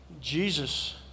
Jesus